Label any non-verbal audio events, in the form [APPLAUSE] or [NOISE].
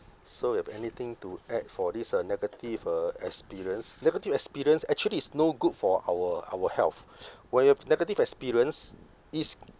so you have anything to add for this uh negative uh experience negative experience actually is no good for our our health [BREATH] when you have negative experience is